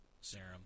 serum